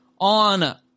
on